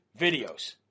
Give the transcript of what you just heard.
videos